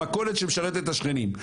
המכולת שמשרתת את השכנים.